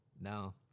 no